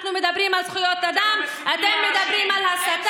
אנחנו מדברים על זכויות אדם.